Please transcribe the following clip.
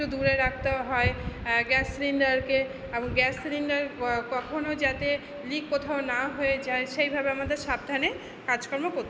দূরে রাখতে হয় গ্যাস সিলিন্ডারকে গ্যাস সিলিন্ডার কখনও যাতে লিক কোথাও না হয়ে যায় সেইভাবে আমাদের সাবধানে কাজকর্ম কো